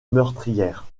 meurtrières